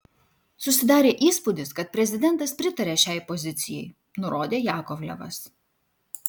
susidarė įspūdis kad prezidentas pritaria šiai pozicijai nurodė jakovlevas